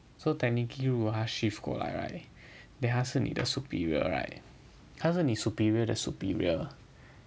so technically 如果他 shift 过来 right then 他是你的 superior right 他是你 superior 的 superior lah